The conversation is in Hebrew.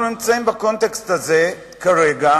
אנחנו נמצאים בקונטקסט הזה כרגע,